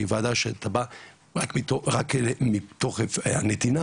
שהיא ועדה שאתה בא רק מתוקף הנתינה,